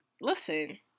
listen